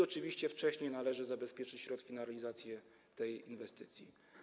Oczywiście wcześniej należy zabezpieczyć środki na realizację tej inwestycji.